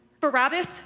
Barabbas